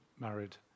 married